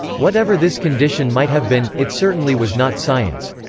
whatever this condition might have been, it certainly was not science.